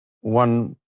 one